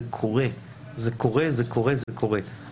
זה קורה וקורה וקורה,